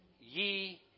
ye